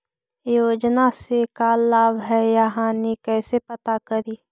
योजना से का लाभ है या हानि कैसे पता करी?